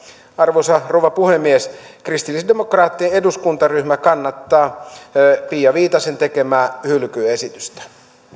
arvoisa rouva puhemies kristillisdemokraattinen eduskuntaryhmä kannattaa pia viitasen tekemää hylkyesitystä